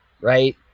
right